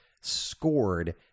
scored